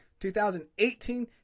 2018